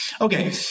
Okay